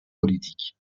politique